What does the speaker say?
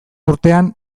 urtean